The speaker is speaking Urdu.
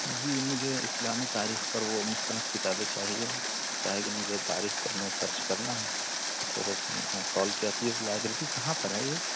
جی مجھے اسلامی تاریخ پر وہ مستند کتابیں چاہیے کیا ہے کہ مجھے تاریخ پر میں سرچ کرنا ہے اس وجہ سے میں نے کال کیا کہ لائبریری کہاں پر ہے یہ